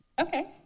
okay